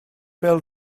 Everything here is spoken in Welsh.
bêl